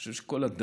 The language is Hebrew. אני חושב שכל אדם